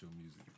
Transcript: music